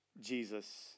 Jesus